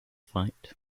fight